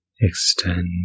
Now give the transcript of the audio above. Extend